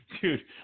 Dude